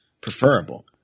preferable